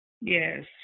Yes